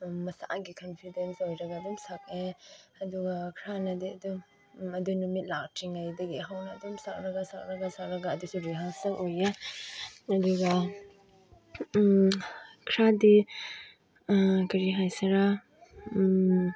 ꯃꯁꯥꯒꯤ ꯀꯟꯐꯤꯗꯦꯟꯁ ꯑꯣꯏꯔꯒ ꯑꯗꯨꯝ ꯁꯛꯑꯦ ꯑꯗꯨꯒ ꯈꯔꯅꯗꯤ ꯑꯗꯨꯝ ꯑꯗꯨ ꯅꯨꯃꯤꯠ ꯂꯥꯛꯇ꯭ꯔꯤꯉꯩꯗꯒꯤ ꯍꯧꯅ ꯑꯗꯨꯝ ꯁꯛꯂꯒ ꯁꯛꯂꯒ ꯁꯛꯂꯒ ꯑꯗꯨꯁꯨ ꯔꯤꯍꯥꯔꯁꯦꯜ ꯑꯣꯏꯌꯦ ꯑꯗꯨꯒ ꯈꯔꯗꯤ ꯀꯔꯤ ꯍꯥꯏꯁꯤꯔꯥ